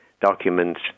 documents